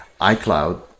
iCloud